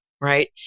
right